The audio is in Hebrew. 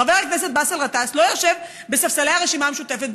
חבר הכנסת באסל גטאס לא יושב בספסלי הרשימה המשותפת,